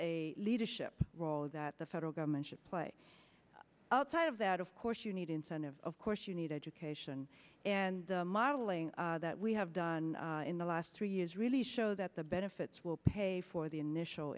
a leadership role that the federal government should play outside of that of course you need incentive of course you need education and modeling that we have done in the last three years really show that the benefits will pay for the initial